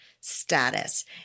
status